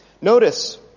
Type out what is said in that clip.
Notice